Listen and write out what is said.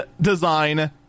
design